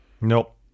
Nope